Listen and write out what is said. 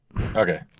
Okay